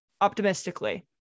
optimistically